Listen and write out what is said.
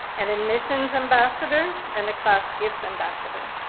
an admissions ambassador and a class gift ambassador.